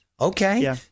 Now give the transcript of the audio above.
Okay